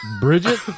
Bridget